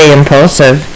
impulsive